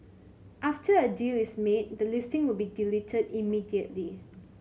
after a deal is made the listing would be deleted immediately